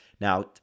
Now